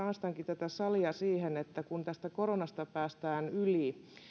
haastankin tätä salia siihen että kun tästä koronasta päästään yli